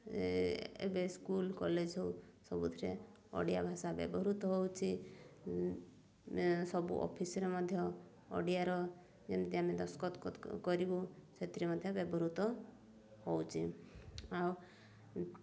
ଏବେ school college ହଉ ସବୁଥିରେ ଓଡ଼ିଆ ଭାଷା ବ୍ୟବହୃତ ହେଉଛି ସବୁ ଅଫିସରେ ମଧ୍ୟ ଓଡ଼ିଆର ଯେମିତି ଆମେ ଦସ୍ତଖତ କରିବୁ ସେଥିରେ ମଧ୍ୟ ବ୍ୟବହୃତ ହେଉଛି ଆଉ